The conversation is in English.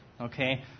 okay